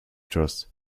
trust